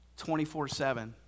24-7